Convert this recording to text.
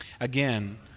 Again